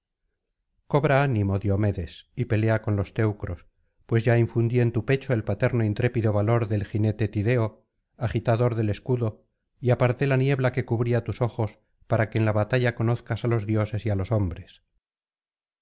cobra ánimo diomedes y pelea con los teucros pues ya infundí en tu pecho el paterno intrépido valor del jinete tideo agitador del escudo y aparté la niebla que cubría tus ojos para que ea la batalla conozcas á los dioses y á los hombres